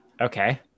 Okay